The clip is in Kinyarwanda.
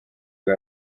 bwa